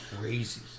crazy